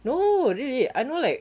no really I know like